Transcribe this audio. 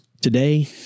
today